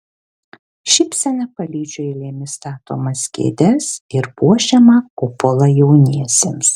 šypsena palydžiu eilėmis statomas kėdes ir puošiamą kupolą jauniesiems